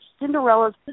Cinderella's